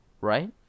right